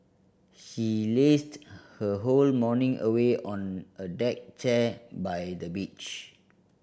she lazed her whole morning away on a deck chair by the beach